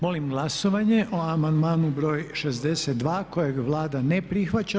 Molim glasovanje o amandmanu br. 62. kojeg Vlada ne prihvaća.